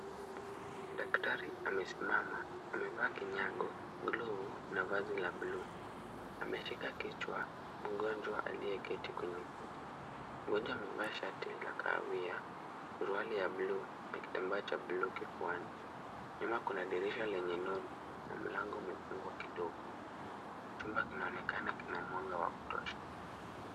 Daktari amesimama, amevaa kinyago, glovu na vazi la bluu. Ameshika kichwa, mgonjwa aliyeketi kwenye kiti. Mgonjwa amevaa shati la kahawia, suruali ya bluu na kitambaa cha bluu kifuani. Nyuma kuna dirisha lenye nondo na mlango umefungwa kidogo. Chumba kinaonekana kina mwanga wa kutosha.